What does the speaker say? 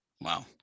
Wow